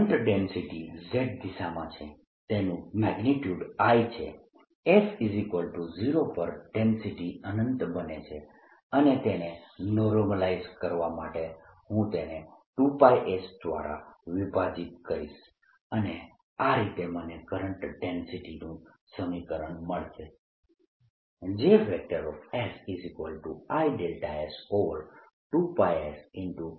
current density Z દિશામાં છે તેનું મેગ્નિયુડ I છે S0 પર ડેન્સિટી અનંત બને છે અને તેને નોર્મલાઇઝ કરવા માટે હું તેને 2πs દ્વારા વિભાજીત કરીશ અને આ રીતે મને કરંટ ડેન્સિટીનું સમીકરણ મળશે JsI δ2πs z